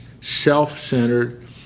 self-centered